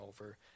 over